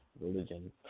religion